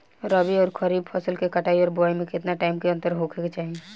रबी आउर खरीफ फसल के कटाई और बोआई मे केतना टाइम के अंतर होखे के चाही?